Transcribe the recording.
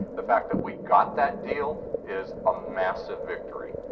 the fact that we got that deal is a massive victory.